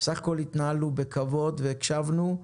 בסך הכול התנהלנו בכבוד והקשבנו.